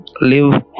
live